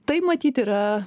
tai matyt yra